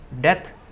death